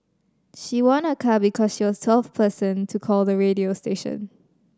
she won a car because she was the twelfth person to call the radio station